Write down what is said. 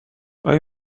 آیا